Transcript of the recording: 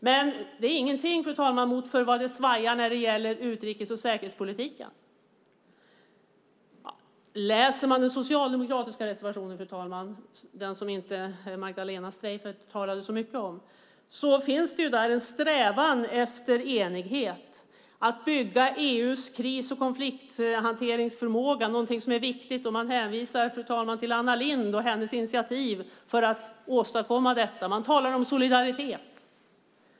Det är dock ingenting, fru talman, mot vad det svajar när det gäller utrikes och säkerhetspolitiken. Om man läser den socialdemokratiska reservationen, den som Magdalena Streijffert inte talade så mycket om, ser man att där finns en strävan efter enighet, att bygga EU:s kris och konflikthanteringsförmåga, vilket är viktigt. Det hänvisas till Anna Lindh och hennes initiativ för att åstadkomma detta. Det talas om solidaritet.